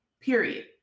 Period